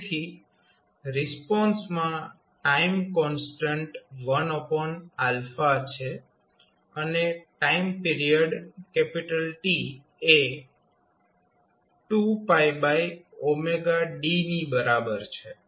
તેથી રિસ્પોન્સમાં time constant 1 છે અને ટાઈમ પીરીયડ T એ 2d ની બરાબર છે